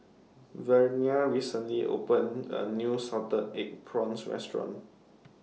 Vernia recently opened A New Salted Egg Prawns Restaurant